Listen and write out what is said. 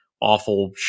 awful